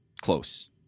close